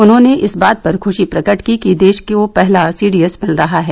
उन्होंने इस बात पर ख्रशी प्रकट की कि देश को पहला सीडीएस भिल रहा है